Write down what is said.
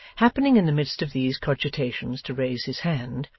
happening, in the midst of these cogitations, to raise his hand,